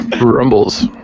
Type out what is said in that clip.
rumbles